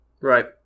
Right